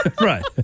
Right